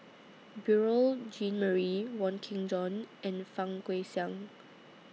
Beurel Jean Marie Wong Kin Jong and Fang Guixiang